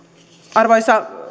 arvoisa